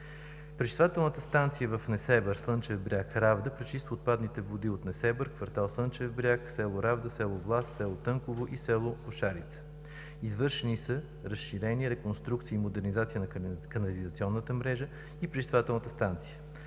Пречиствателната станция в Несебър - Слънчев бряг - Равда пречиства отпадните води от Несебър, кв. „Слънчев бряг“, село Равда, село Влас, село Тънково и село Кошарица. Извършени са разширения, реконструкция и модернизация на канализационната мрежа и пречиствателната станция.